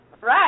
Right